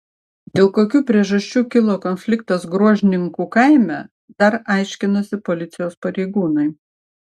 dėl kokių priežasčių kilo konfliktas gruožninkų kaime dar aiškinasi policijos pareigūnai